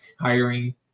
hiring